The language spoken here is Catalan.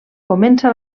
comença